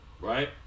right